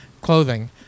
clothing